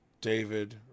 David